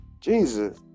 Jesus